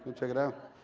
and check it out.